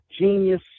genius